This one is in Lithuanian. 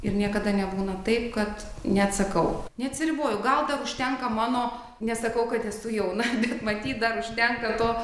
ir niekada nebūna taip kad neatsakau neatsiriboju gal dar užtenka mano nesakau kad esu jauna bet matyt dar užtenka to